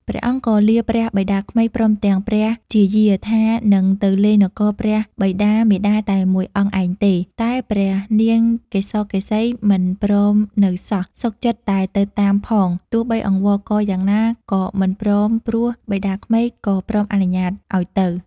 ព្រះអង្គក៏លាព្រះបិតាក្មេក ព្រមទាំង ព្រះជាយា ថានឹងទៅលេងនគរព្រះបិតា-មាតាតែ ១ អង្គឯងទេ តែព្រះនាងកេសកេសីមិនព្រមនៅសោះ សុខចិត្តតែទៅតាមផង ទោះបីអង្វរករយ៉ាងណាក៏មិនព្រមព្រះបិតាក្មេក ក៏ព្រមអនុញ្ញាតឲ្យទៅ។